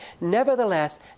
Nevertheless